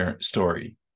story